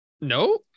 No